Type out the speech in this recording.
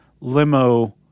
limo